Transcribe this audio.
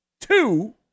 two